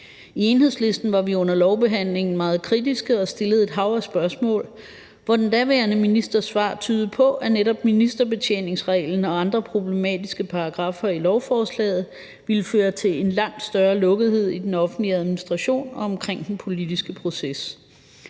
I Enhedslisten var vi under lovbehandlingen meget kritiske og stillede et hav af spørgsmål, hvor den daværende ministers svar tydede på, at netop ministerbetjeningsreglen og andre problematiske paragraffer i lovforslaget ville føre til en langt større lukkethed i den offentlige administration omkring den politiske proces.